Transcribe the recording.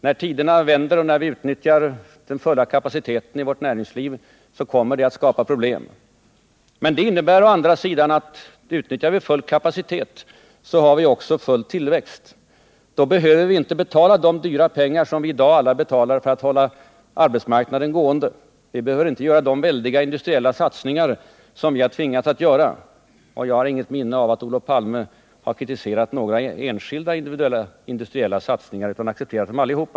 När tiderna vänder och vi utnyttjar den fulla kapaciteten i vårt näringsliv, så kommer det att skapa problem. Men det innebär å andra sidan att om vi utnyttjar full kapacitet har vi också full tillväxt. Då behöver vi inte betala de dyra pengar som vi i dag alla betalar för att hålla arbetsmarknaden gående. Vi behöver inte göra de väldiga industriella satsningar som vi har tvingats att göra. Jag har inget minne av att Olof Palme har kritiserat några enskilda industriella satsningar, utan han har accepterat dem allihop.